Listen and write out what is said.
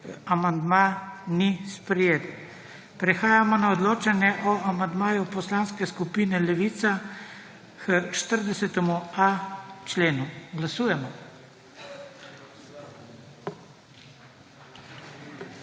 amandma ni sprejet. Prehajamo na odločanje o amandmaju Poslanske skupine Levica k 40.a členu. Glasujemo.